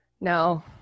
No